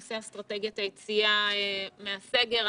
אני מתכבדת לפתוח את ישיבת הוועדה בנושא אסטרטגיית היציאה מהסגר.